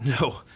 no